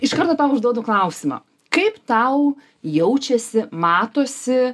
iš karto tau užduodu klausimą kaip tau jaučiasi matosi